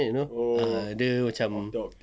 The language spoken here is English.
you know ah dia macam